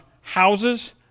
houses